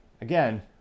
again